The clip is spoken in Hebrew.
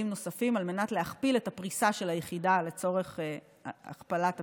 נוספים על מנת להכפיל את הפריסה של היחידה לצורך הכפלת הפיקוח.